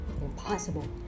Impossible